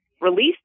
release